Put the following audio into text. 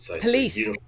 police